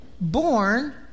Born